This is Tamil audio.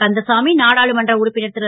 கந்தசாமி நாடாளுமன்ற உறுப்பினர் ரு